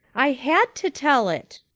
i had to tell it.